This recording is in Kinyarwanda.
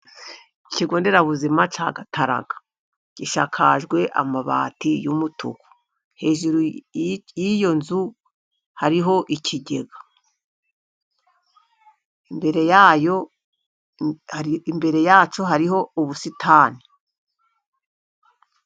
Ikigonderabuzima cya Gataraga gishakajwe amabati y'umutuku. Hejuru y'iyo nzu, hariho ikigega. Imbere yacyo hariho ubusitani.